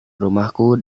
rumahku